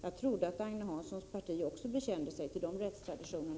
Jag trodde att Agne Hanssons parti också bekände sig till dessa rättstraditioner.